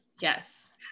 yes